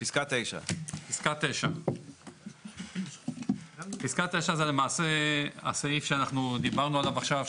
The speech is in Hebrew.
פסקה 9. פסקה 9. פסקה 9 זה למעשה הסעיף שאנחנו דיברנו עליו עכשיו,